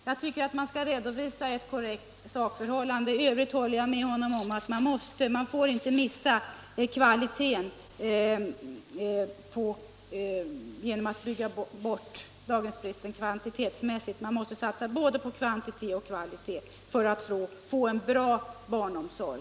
Man skall enligt min mening redovisa ett korrekt sakförhållande. I övrigt håller jag alltså med herr Gahrton om att man inte får missa kvaliteten genom att bygga bort daghemsbristen kvantitetsmässigt. Man måste satsa både på kvantitet och på kvalitet för att få en bra barnomsorg.